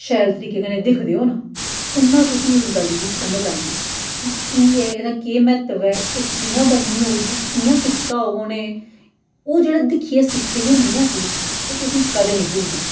शैल तरीके कन्नै दिखदे ओ न उन्ना तुसेंगी उस गल्ल गी समझ आंदी कि कीऽ एह् एह्दा केह् म्हत्तव ऐ एह् कि'यां बनी होग कि'यां कीता होग उ'नें ओह् जेह्ड़ा दिक्खियै सिक्खी दी होंदी ना चीज ओह् तुसेंगी कदें निं भुल्लदी